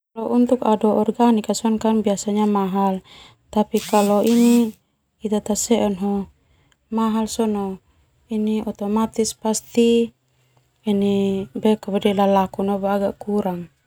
Kalau untuk adok organik biasanya mahal tapi kalau ini ita taseo sona mahal sona ini otomatis pasti ini lalaku agak kurang.